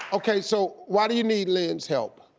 okay so why do you need lynn's help?